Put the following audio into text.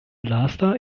lasta